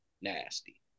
nasty